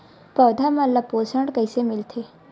पौधा मन ला पोषण कइसे मिलथे?